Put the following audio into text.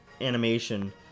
animation